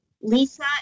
Lisa